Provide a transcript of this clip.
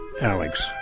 Alex